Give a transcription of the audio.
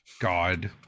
God